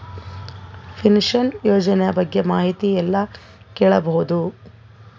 Pension ಯೋಜನ ಬಗ್ಗೆ ಮಾಹಿತಿ ಎಲ್ಲ ಕೇಳಬಹುದು?